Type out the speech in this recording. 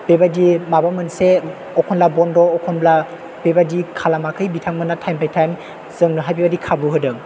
बेबायदि माबा मोनसे एखनब्ला बन्द एखनब्ला बेबायदि खालामाखै बिथांमोनहा टाइम बाय टाइम जोंनोहाय बेबायदि खाबु होदों